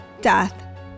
death